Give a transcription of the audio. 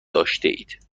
داشتهاید